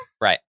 Right